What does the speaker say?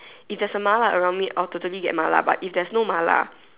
if there is a mala around me I will totally get mala but if there is no mala